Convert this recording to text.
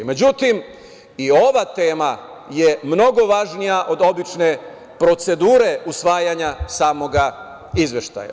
Međutim, i ova tema je mnogo važnija od obične procedure usvajanja samog izveštaja.